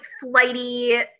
flighty